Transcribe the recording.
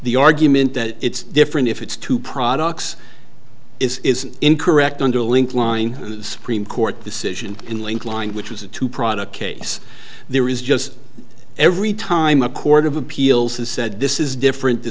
the argument that it's different if it's two products is is incorrect under a link line the supreme court decision in link line which was a two product case there is just every time a court of appeals has said this is different the